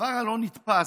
הדבר הלא-נתפס,